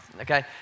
Okay